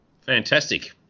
Fantastic